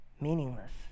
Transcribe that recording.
Meaningless